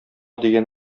дигән